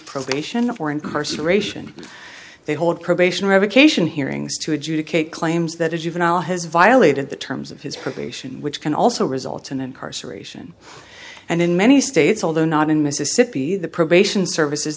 probation or incarceration they hold probation revocation hearings to adjudicate claims that a juvenile has violated the terms of his probation which can also result in incarceration and in many states although not in mississippi the probation services